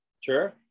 sure